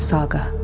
Saga